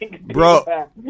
bro